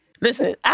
listen